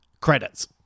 Credits